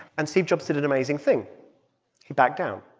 and steve jobs did an amazing thing he backed down,